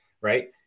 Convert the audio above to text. right